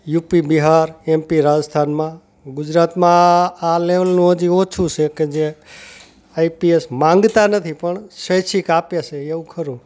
UP Bihar MP રાજસ્થાનમાં ગુજરાતમાં આ લેવલ નું હજી ઓછું છે કે જે આઈપીએસ માંગતા નથી પણ સ્વૈચ્છિક આપે છે એવું ખરું